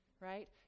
Right